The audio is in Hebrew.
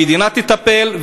המדינה תטפל,